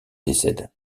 décède